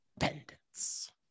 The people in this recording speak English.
independence